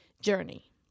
journey